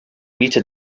mitte